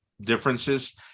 differences